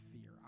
fear